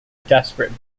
desperate